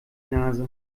nase